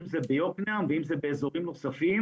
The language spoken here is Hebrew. אם זה ביוקנעם ואם זה באזורים נוספים,